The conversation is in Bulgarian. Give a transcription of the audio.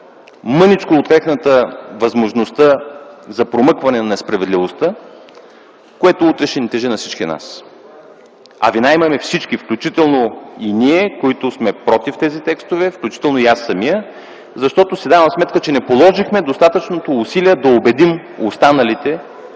мъничко открехната възможността за промъкване на несправедливостта, което утре ще тежи на всички нас. А вина имаме всички. Включително и ние, които сме против тези текстове. Включително и аз самият, защото си давам сметка, че не положихме достатъчните усилия да убедим останалите